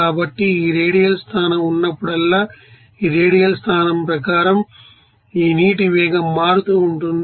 కాబట్టి ఈ రేడియల్ స్థానం ఉన్నప్పుడల్లా ఈ రేడియల్ స్థానం ప్రకారం ఈ నీటి వేగం మారుతూ ఉంటుంది